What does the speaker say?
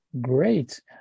Great